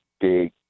big